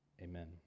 amen